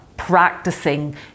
practicing